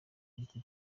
giti